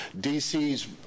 D.C.'s